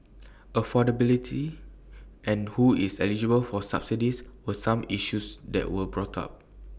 affordability and who is eligible for subsidies were some issues that were brought up